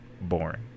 boring